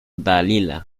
dalila